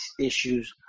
issues